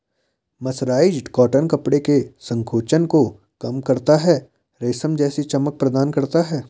mercerised cotton कपड़े के संकोचन को कम करता है, रेशम जैसी चमक प्रदान करता है